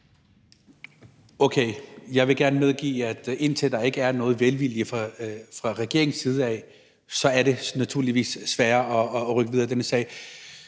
Okay. Jeg vil gerne medgive, at så længe der ikke er nogen velvilje fra regeringens side, er det naturligvis sværere at rykke videre i denne sag.